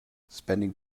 spending